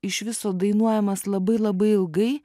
iš viso dainuojamas labai labai ilgai